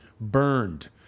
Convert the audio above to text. burned